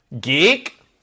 Geek